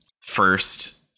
first